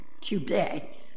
today